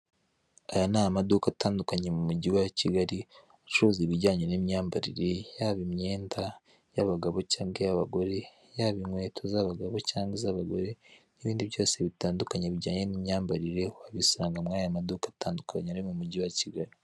Aya ni amaduka atandukanye mumugi wa Kigali acuruza ibijya n'imyambarire yaba imyenda y'abagabo cyangwa iy'abagore yaba inkweto z'abagabo cyangwa iz'abagore, n'ibindi byose bitandukanye bijyanye n'imyambarire, wabisanga muri aya maduka atandukanya ari mumugi wa Kigali.